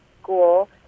school